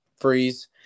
freeze